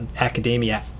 academia